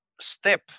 step